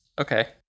Okay